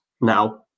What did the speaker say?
now